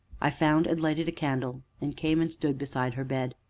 i found and lighted a candle, and came and stood beside her bed.